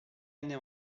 année